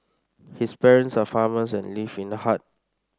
his parents are farmers and live in a hut